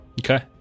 Okay